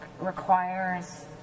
requires